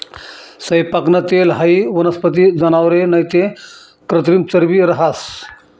सैयपाकनं तेल हाई वनस्पती, जनावरे नैते कृत्रिम चरबी रहास